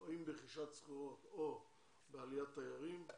או ברכישת סחורות או בעליית תיירים.